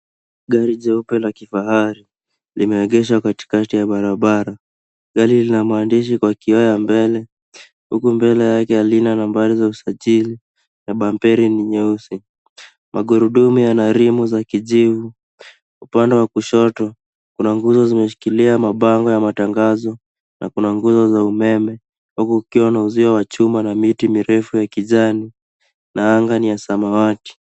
Gari jeupe la kifahari linaegeshwa katikati ya barabara. Gari hilo lina maandishi kwa kioo ya mbele huku mbele yake halina nambari ya usajili na bumper ni nyeusi. Magurudumu yana rimu za kijivu. Upande wa kushoto kuna nguzo zimeshikilia mabango ya matangazo na kuna nguzo za umeme huku kukiwa na uzio wa chuma na miti mirefu ya kijani na anga ni ya samawati.